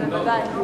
בוודאי.